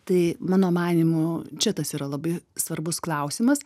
tai mano manymu čia tas yra labai svarbus klausimas